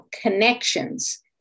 connections